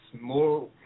more